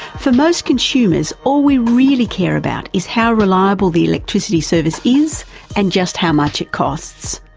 for most consumers all we really care about is how reliable the electricity service is and just how much it costs.